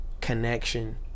connection